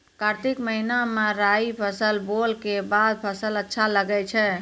कार्तिक महीना मे राई फसल बोलऽ के बाद फसल अच्छा लगे छै